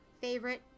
favorite